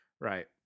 Right